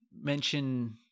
mention